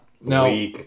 No